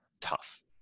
tough